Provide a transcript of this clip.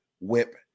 whip